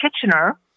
Kitchener